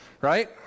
right